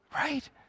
right